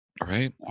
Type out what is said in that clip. right